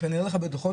אני אראה לך בדוחות,